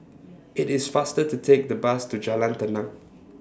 IT IS faster to Take The Bus to Jalan Tenang